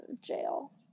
jail